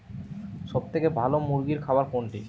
সবথেকে ভালো মুরগির খাবার কোনটি?